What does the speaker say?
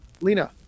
lena